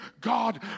God